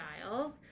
styles